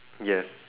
yes